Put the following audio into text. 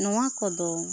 ᱱᱚᱣᱟ ᱠᱚᱫᱚ